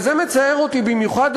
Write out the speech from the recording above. וזה מצער אותי במיוחד,